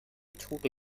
tote